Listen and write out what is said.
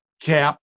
cap